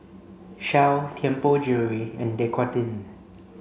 Shell Tianpo Jewellery and Dequadin